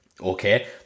okay